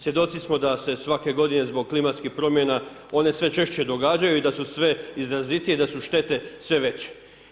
Svjedoci smo da se svake godine zbog klimatskih promjena one sve češće događaju i sa su sve izrazitije i da su štete sve veće.